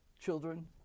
children